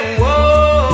whoa